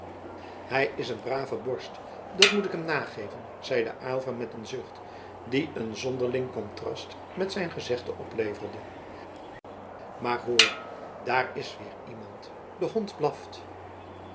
hij is een brave borst dat moet ik hem nageven zeide aylva met een zucht die een zonderling contrast met zijn gezegde opleverde maar hoor daar is weer iemand de hond blaft